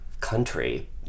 country